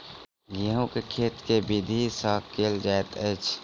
गेंहूँ केँ खेती केँ विधि सँ केल जाइत अछि?